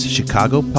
Chicago